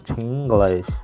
English